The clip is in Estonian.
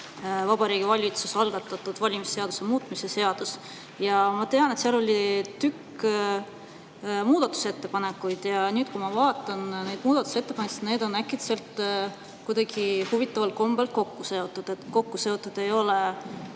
Vabariigi Valitsuse algatatud valimisseaduse muutmise seadus. Ma tean, et seal oli [hulk] muudatusettepanekuid, ja nüüd, kui ma vaatan neid muudatusettepanekuid, siis need on äkitselt kuidagi huvitaval kombel kokku seotud. Kokku seotud ei ole